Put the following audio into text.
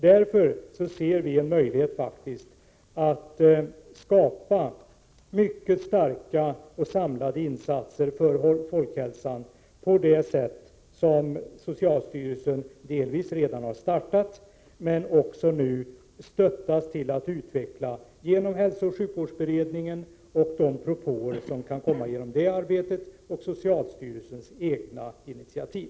Det finns därför en möjlighet att skapa mycket starka och samlade insatser för folkhälsan på det sätt som socialstyrelsen delvis redan har börjat men nu också stöttas att utveckla genom hälsooch sjukvårdsberedningen samt de propåer som kan komma genom det arbetet och socialstyrelsens egna initiativ.